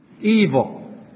evil